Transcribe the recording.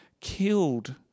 killed